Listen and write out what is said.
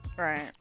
Right